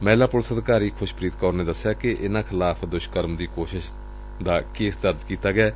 ਮਹਿਲਾ ਪੁਲਿਸ ਅਧਿਕਾਰੀ ਖੁਸ਼ਪ੍ਰੀਤ ਕੌਰ ਨੇ ਦਸਿਆ ਕਿ ਇਨਾਂ ਖਿਲਾਫ਼ ਦੁਸ਼ਕਰਮ ਦੀ ਕੋਸ਼ਿਸ਼ ਦਾ ਕੇਸ ਦਰਜ ਕੀਤਾ ਗਿਐ